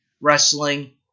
wrestling